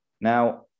Now